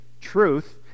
truth